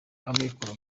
amikoro